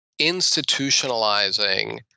institutionalizing